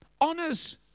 honors